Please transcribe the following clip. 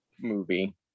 movie